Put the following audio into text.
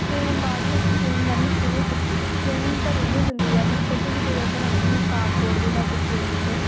ਫੇਰ ਮੈਂ ਬਾਅਦ ਵਿੱਚ ਫਰੇਮ ਲੈਣੇ ਸ਼ੁਰੂ ਕੀਤੇ ਫਰੇਮਿੰਗ ਘਰ ਵੀ ਹੋ ਜਾਂਦੀ ਆ ਮੈਂ ਖੁਦ ਵੀ ਕਈ ਵਾਰ ਬਣਾਉਂਦੀ ਹੁੰਦੀ ਹਾਂ ਕਾਡਬੋਰਡ ਦੀ ਲੈ ਕੇ ਫਰੇਮਿੰਗ